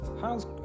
how's